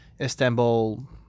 istanbul